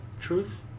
truth